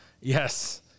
yes